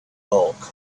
bulk